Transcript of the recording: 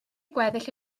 gweddill